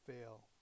fail